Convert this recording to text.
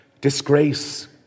disgrace